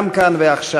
גם כאן ועכשיו: